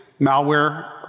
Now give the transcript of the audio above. malware